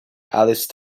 alice